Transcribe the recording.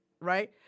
right